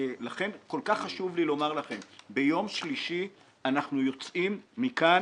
לכן כל כך חשוב לי לומר לכם: ביום שלישי אנחנו יוצאים מכאן